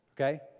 okay